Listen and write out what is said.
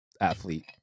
athlete